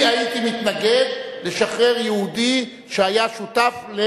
אני הייתי מתנגד לשחרר יהודי שהיה שותף,